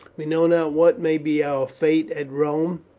we know not what may be our fate at rome,